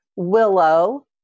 willow